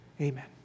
amen